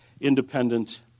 independent